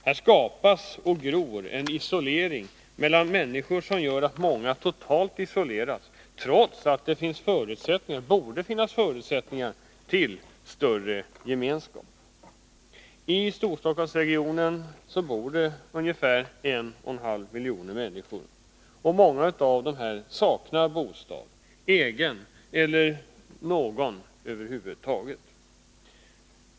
Här skapas och gror en åtskillnad mellan människor som gör att många totalt isoleras trots att det borde finnas förutsättningar till en större gemenskap. I Storstockholmsregionen bor det ungefär 1,5 miljoner människor. Många av dessa saknar egen bostad eller någon bostad över huvud taget.